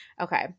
Okay